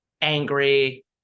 angry